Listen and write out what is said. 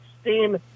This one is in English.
steam